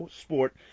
sport